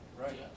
Right